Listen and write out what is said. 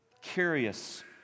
curious